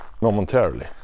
momentarily